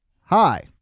Hi